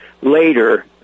later